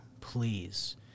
please